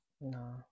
No